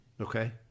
okay